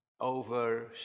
over